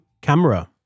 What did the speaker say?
Camera